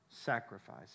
Sacrifice